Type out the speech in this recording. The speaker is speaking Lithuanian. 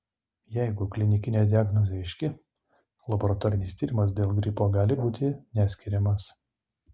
jeigu klinikinė diagnozė aiški laboratorinis tyrimas dėl gripo gali būti neskiriamas